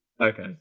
Okay